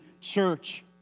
church